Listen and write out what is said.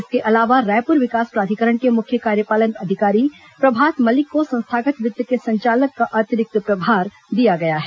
इसके अलावा रायपुर विकास प्राधिकरण के मुख्य कार्यपालन अधिकारी प्रभात मलिक को संस्थागत वित्त के संचालक का अतिरिक्त प्रभार दिया गया है